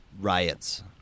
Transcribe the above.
riots